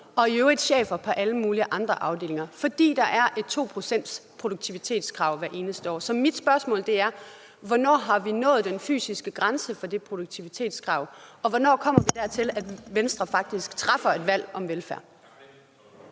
og i øvrigt chefer på alle mulige andre afdelinger, fordi der er et produktivitetskrav på 2 pct. hvert eneste år. Så mit spørgsmål er: Hvornår har vi nået den fysiske grænse for det produktivitetskrav, og hvornår kommer vi dertil, at Venstre faktisk træffer et valg om velfærd?